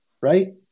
right